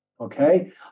okay